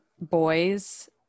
boys